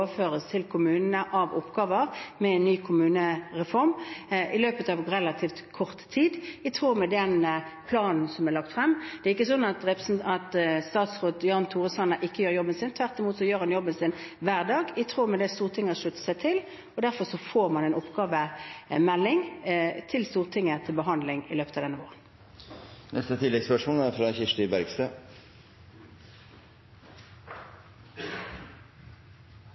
til kommunene av oppgaver med en ny kommunereform – i tråd med planen som er lagt frem. Det er ikke sånn at statsråd Jan Tore Sanner ikke gjør jobben sin. Tvert imot – han gjør jobben sin hver dag, i tråd med det Stortinget har sluttet seg til. Og derfor kommer det en oppgavemelding til behandling i Stortinget i løpet av denne våren.